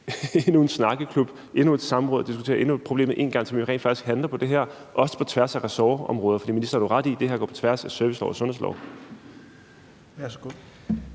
endnu en snakkeklub, endnu et samråd og diskuterer problemet en gang til, men rent faktisk handler på det her, også på tværs af ressortområder? For ministeren har jo ret i, at det her går på tværs af serviceloven og sundhedsloven.